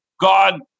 God